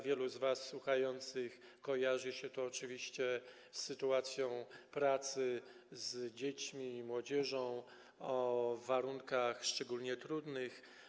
Wielu z was słuchających kojarzy się to oczywiście z sytuacją pracy z dziećmi i młodzieżą w warunkach szczególnie trudnych.